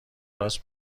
راست